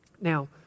Now